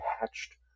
hatched